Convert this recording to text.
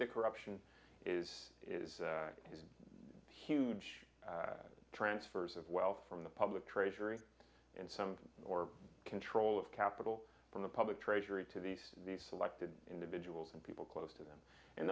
the corruption is is huge transfers of wealth from the public treasury in some or control of capital from the public treasury to these these selected individuals and people close to them